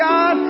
God